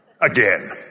again